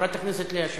חברת הכנסת ליה שמטוב,